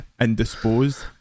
indisposed